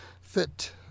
fit